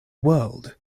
world